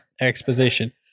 Exposition